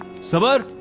sabar.